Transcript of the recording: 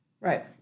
Right